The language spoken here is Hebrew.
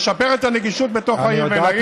תשפר את הנגישות בתוך העיר תל אביב,